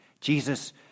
Jesus